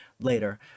later